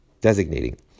designating